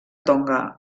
tonga